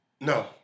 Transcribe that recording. no